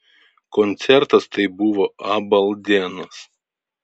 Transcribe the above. koncertas tai buvo abaldienas